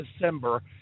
December